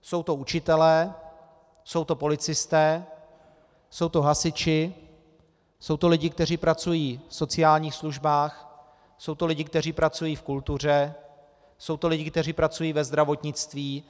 Jsou to učitelé, jsou to policisté, jsou to hasiči, jsou to lidi, kteří pracují v sociálních službách, jsou to lidi, kteří pracují v kultuře, jsou to lidi, kteří pracují ve zdravotnictví.